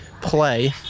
play